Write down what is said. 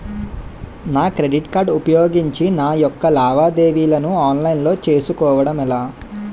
నా credit card ఉపయోగించి నా యెక్క లావాదేవీలను ఆన్లైన్ లో చేసుకోవడం ఎలా?